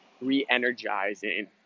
re-energizing